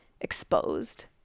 exposed